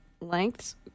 lengths